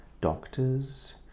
doctors